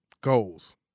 Goals